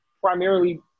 primarily